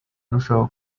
arushaho